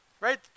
right